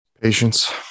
Patience